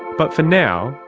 but for now,